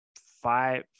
five